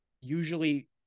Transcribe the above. usually